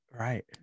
right